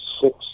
six